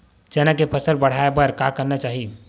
चना के फसल बढ़ाय बर का करना चाही?